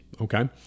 okay